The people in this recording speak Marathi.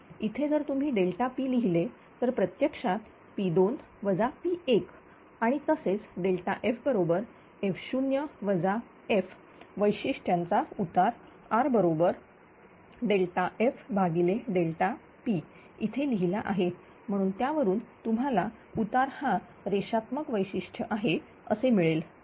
इथे जर तुम्ही P लिहिले तर प्रत्यक्षात P2 P1आणि तसेच F बरोबर f0 f वैशिष्ट्यांचा उतार R बरोबर FP इथे लिहिलेला आहे म्हणून त्यावरून तुम्हाला उतार हा रेषात्मक वैशिष्ट्य आहे असे मिळेल